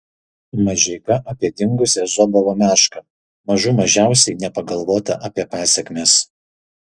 mažeika apie dingusią zobovo mešką mažų mažiausiai nepagalvota apie pasekmes